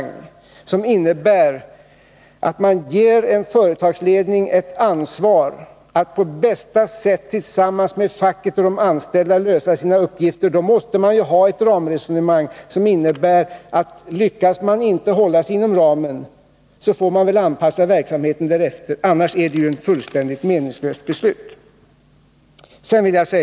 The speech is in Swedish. Ger man en företagsledning ett ansvar att på bästa sätt tillsammans med facket och de anställda lösa sina uppgifter, måste man ha ett ramresonemang som innebär att går det inte att hålla sig inom ramen så får företaget anpassa verksamheten därefter — annars är det ju ett fullständigt meningslöst beslut.